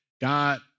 God